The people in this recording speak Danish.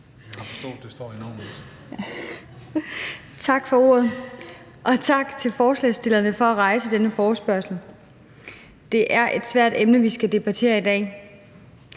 Jeg har forstået, at det står i navnelisten). Tak for ordet, og tak til forslagsstillerne for at rejse denne forespørgsel. Det er et svært emne, vi skal debattere her i dag,